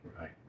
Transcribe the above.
Right